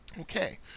Okay